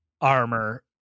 armor